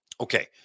Okay